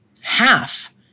half